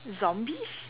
zombies